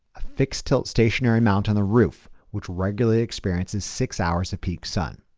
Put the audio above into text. a fixed tilt stationary mount on the roof, which regularly experiences six hours of peak sun.